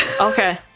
Okay